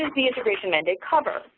the integration mandate cover?